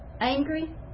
angry